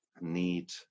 need